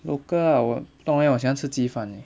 local ah 我不懂 eh 我喜欢吃鸡饭 eh